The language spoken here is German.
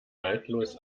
neidlos